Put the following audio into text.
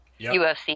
UFC